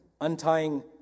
untying